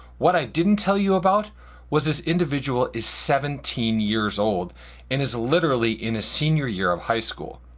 what i didn't tell you about was this individual is seventeen years old and is literally in a senior year of high school.